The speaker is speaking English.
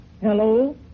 Hello